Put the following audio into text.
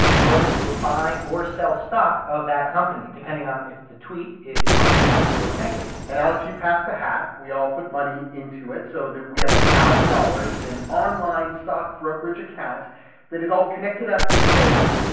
botus will buy or sell stock of that company, depending on if the tweet is positive or negative and, alex, you passed the hat. we all put money into it so that we have a thousand dollars in an online stock brokerage account that is all connected up to botus.